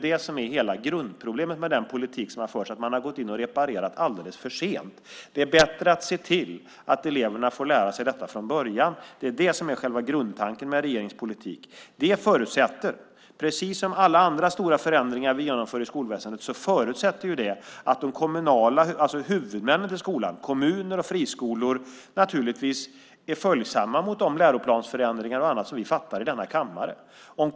Det är hela grundproblemet med den politik som har förts. Man har gått in och reparerat alldeles för sent. Det är bättre att se till att eleverna får lära sig detta från början. Det är själv grundtanken med regeringens politik. Precis som alla andra stora förändringar som vi genomför i skolväsendet förutsätter det att huvudmännen till skolan, kommuner och friskolor, är följsamma mot de beslut om läroplansförändringar och annat som vi fattar i denna kammare.